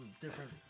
different